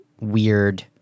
weird